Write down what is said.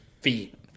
feet